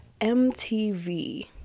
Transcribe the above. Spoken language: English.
mtv